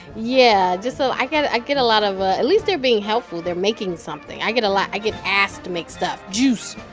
yeah. just so i get i get a lot of at least they're being helpful. they're making something. i get a lot i get asked to make stuff juice.